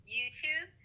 YouTube